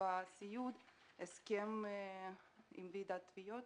הסכם עם ועידת התביעות